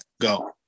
go